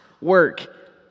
work